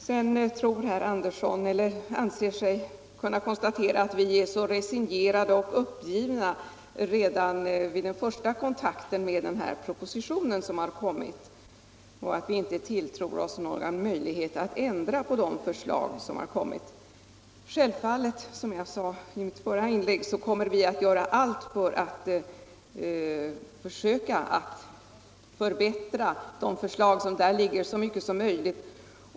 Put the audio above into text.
Herr Andersson anser sig kunna konstatera att vi moderater är så resignerade och uppgivna redan vid den första kontakten med propositionen och inte tilltror oss någon möjlighet att ändra på de förslag som har framlagts. Självfallet kommer vi, som jag sade i mitt förra inlägg, att göra allt för att försöka förbättra de förslagen så mycket som möjligt.